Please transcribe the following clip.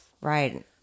Right